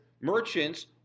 merchants